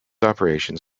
operations